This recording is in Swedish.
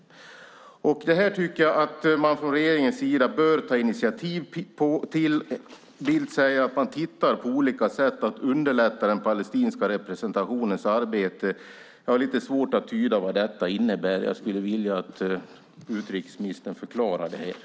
Jag tycker att man från regeringens sida bör ta initiativ till detta. Bildt säger att man tittar på olika sätt att underlätta den palestinska representationens arbete. Jag har lite svårt att tyda vad detta innebär, och jag skulle vilja att utrikesministern förklarade det.